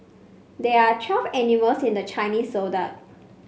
there are twelve animals in the Chinese Zodiac